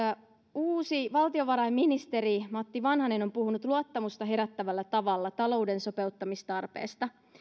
uusi valtiovarainministeri matti vanhanen on puhunut luottamusta herättävällä tavalla talouden sopeuttamistarpeesta